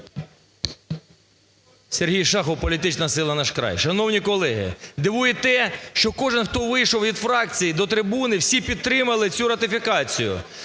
Сергій Шахов, політична сила "Наш край". Шановні колеги, дивує те, що кожен, хто вийшов від фракцій до трибуни, всі підтримали цю ратифікацію.